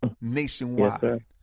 nationwide